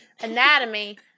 anatomy